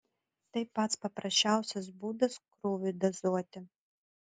tai pats paprasčiausias būdas krūviui dozuoti